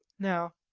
now,